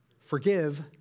Forgive